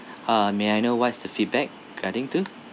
uh may I know what's the feedback regarding to